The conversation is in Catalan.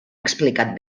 explicat